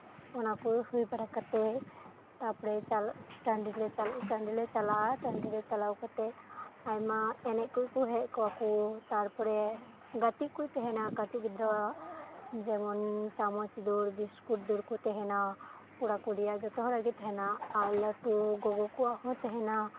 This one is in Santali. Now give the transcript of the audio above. ᱚᱱᱟᱠᱚ ᱦᱩᱭ ᱵᱟᱲᱟ ᱠᱟᱛᱮ ᱛᱟᱨᱯᱚᱨᱮ ᱪᱟᱞᱟᱜ ᱴᱟᱸᱰᱤ ᱞᱮ ᱪᱟᱞᱟᱜᱼᱟ ᱴᱟᱸᱰᱤ ᱨᱮ ᱪᱟᱞᱟᱣ ᱠᱟᱛᱮ ᱟᱭᱢᱟ ᱮᱱᱮᱡ ᱠᱚ ᱠᱚ ᱦᱮᱡ ᱠᱚᱜᱼᱟ ᱠᱚ ᱛᱟᱨᱯᱚᱨᱮ ᱜᱟᱛᱮᱜ ᱠᱚ ᱛᱮᱦᱮᱸᱱᱟ ᱠᱟᱹᱴᱤᱡ ᱜᱤᱫᱽᱨᱟᱹᱣᱟᱜ ᱡᱮᱢᱚᱱ ᱪᱟᱢᱚᱪ ᱫᱟᱹᱲ ᱵᱤᱥᱠᱩᱴ ᱫᱟᱹᱲ ᱠᱚ ᱛᱟᱦᱮᱸᱱᱟ ᱠᱚᱲᱟᱼᱠᱩᱲᱤᱭᱟᱜ ᱡᱚᱛᱚ ᱦᱚᱲᱟᱜ ᱜᱮ ᱛᱟᱦᱮᱸᱱᱟ ᱟᱨ ᱞᱟᱹᱴᱩ ᱜᱚᱜᱚ ᱠᱚᱣᱟᱜ ᱦᱚᱸ ᱛᱟᱦᱮᱸᱱᱟ